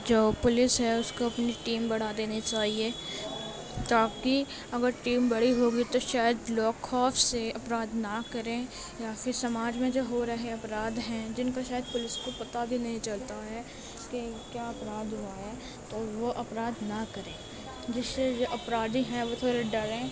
جو پولیس ہے اس کو اپنی ٹیم بڑھا دینی چاہیے تاکہ اگر ٹیم بڑھی ہوگی تو شاید لوگ خوف سے اپرادھ نہ کریں یا پھر سماج میں جو ہو رہے اپرادھ ہیں جن کا شاید پولیس کو پتہ بھی نہیں چلتا ہے کہ کیا اپرادھ ہوا ہے تو وہ اپرادھ نہ کریں جس سے جو اپرادھی ہیں وہ تھوڑے ڈریں